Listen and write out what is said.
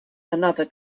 another